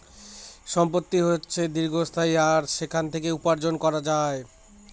সম্পত্তি হচ্ছে দীর্ঘস্থায়ী আর সেখান থেকে উপার্জন করা যায়